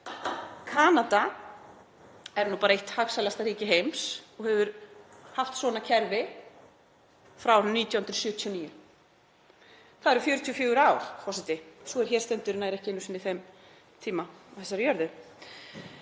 Kanada er nú bara eitt hagsælasta ríki heims og hefur haft svona kerfi frá árinu 1979. Það eru 44 ár, forseti. Sú er hér stendur nær ekki einu sinni þeim tíma á þessari jörðu.